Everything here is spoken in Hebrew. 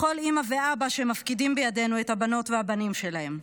לכל אימא ואבא שמפקידים בידינו את הבנות והבנים שלהם.